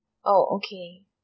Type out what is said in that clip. oh okay